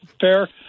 Fair